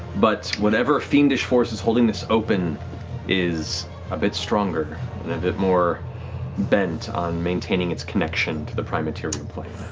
but whatever fiendish force is holding this open is a bit stronger and a bit more bent on maintaining its connection to the prime material plane.